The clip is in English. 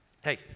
Hey